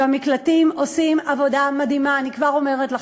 המקלטים עושים עבודה מדהימה, אני כבר אומרת לכם.